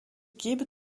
gebe